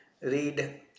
read